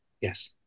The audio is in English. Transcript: yes